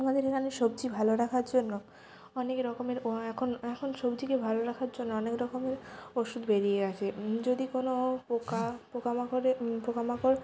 আমাদের এখানে সবজি ভালো রাখার জন্য অনেক রকমের ও এখন এখন সবজিকে ভালো রাখার জন্যে অনেক রকমের ওষুধ বেরিয়ে গেছে যদি কোনো পোকা পোকা মাকড়ের পোকা মাকড়